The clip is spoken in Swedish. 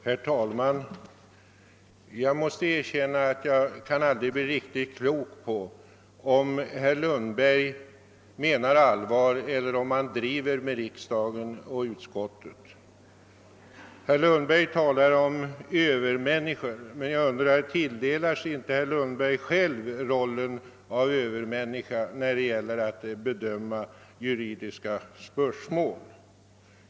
Herr talman! Jag måste erkänna att jag aldrig kan bli riktigt klok på om herr Lundberg menar allvar eller om han driver med riksdagen och utskottet. Herr Lundberg talar om övermänniskor, men jag undrar om inte herr Lundberg tilldelar sig själv rollen av övermänniska när det gäller att bedöma juridiska spörsmål.